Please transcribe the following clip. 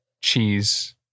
cheese